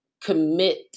commit